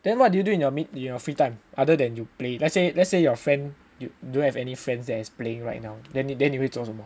then what do you do in your free time other than you play let's say let's say your friend you don't have any friends that is playing right now then 你会做什么